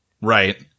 Right